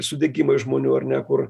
sudegimai žmonių ar ne kur